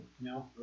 No